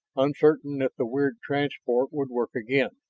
uncertain if the weird transport would work again.